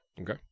okay